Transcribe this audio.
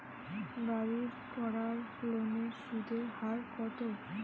বাড়ির করার লোনের সুদের হার কত?